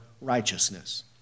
righteousness